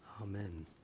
Amen